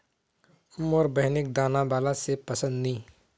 मोर बहिनिक दाना बाला सेब पसंद नी